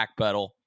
backpedal